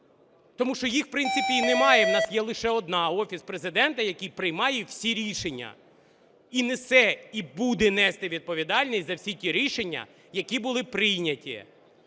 тому що їх, в принципі, і немає в нас, є лише одна – Офіс Президента, який приймає всі рішення і несе, і буде нести відповідальність за всі ті рішення, які були прийняті,